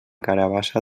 carabassa